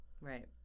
Right